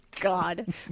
God